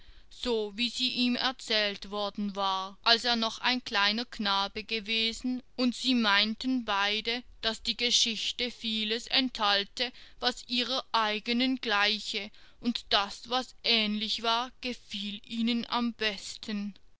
so wie sie ihm erzählt worden war als er noch ein kleiner knabe gewesen und sie meinten beide daß die geschichte vieles enthalte was ihrer eigenen gleiche und das was ähnlich war gefiel ihnen am besten